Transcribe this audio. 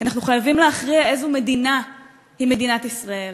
אנחנו חייבים להכריע איזו מדינה היא מדינת ישראל,